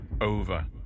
over